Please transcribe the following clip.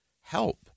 help